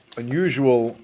unusual